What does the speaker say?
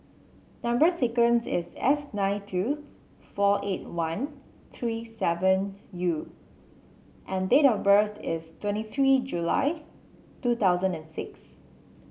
number sequence is S nine two four eight one three seven U and date of birth is twenty three July two thousand and six